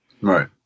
Right